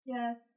Yes